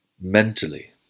mentally